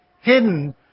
hidden